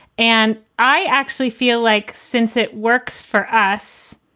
and i actually feel like since it works for us,